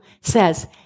says